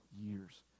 years